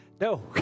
No